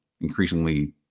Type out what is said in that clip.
increasingly